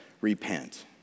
Repent